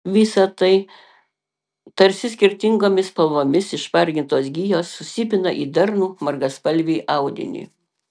visa tai tarsi skirtingomis spalvomis išmargintos gijos susipina į darnų margaspalvį audinį